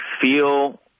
feel